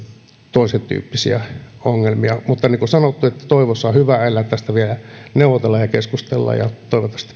toisen tyyppisiä ongelmia mutta niin kuin sanottu toivossa on hyvä elää tästä vielä neuvotellaan ja keskustellaan ja toivottavasti